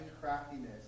craftiness